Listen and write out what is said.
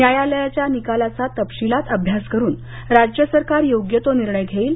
न्यायालयाच्या निकालाचा तपशीलात अभ्यास करून राज्य सरकार योग्य तो निर्णय घेईल